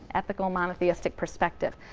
ethical monotheistic perspective,